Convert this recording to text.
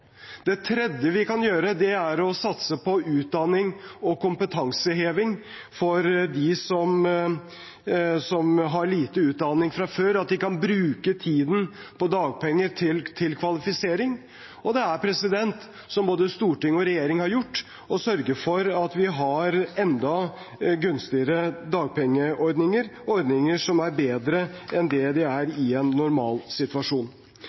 tredje vi kan gjøre, er å satse på utdanning og kompetanseheving for dem som har lite utdanning fra før, slik at de kan bruke tiden de går på dagpenger, til kvalifisering. Det er også – som både storting og regjering har gjort – å sørge for at vi har enda mer gunstige dagpengeordninger, ordninger som er bedre enn de